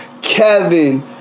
Kevin